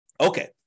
Okay